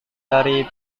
dari